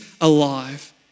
alive